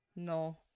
No